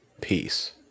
peace